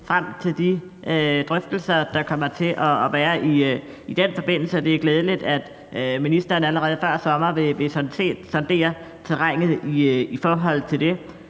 frem til de drøftelser, der kommer til at være i den forbindelse. Det er glædeligt, at ministeren allerede før sommer vil sondere terrænet i forhold til det.